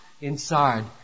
inside